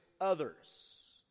others